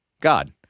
God